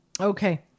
Okay